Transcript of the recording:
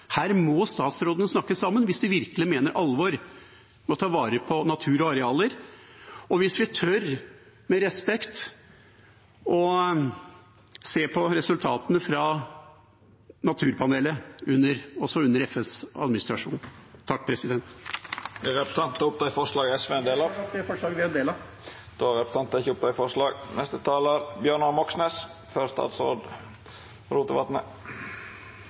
Her må statsrådene snakke sammen hvis de virkelig mener alvor med å ta vare på natur og arealer, og hvis vi tør – med respekt – å se på resultatene fra Naturpanelet, også under FNs administrasjon. Skal representanten ta opp forslaget SV er en del av? Jeg tar opp de forslagene vi er en del av. Representanten Arne Nævra har teke opp